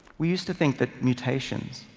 we used to think that mutations,